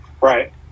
Right